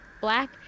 black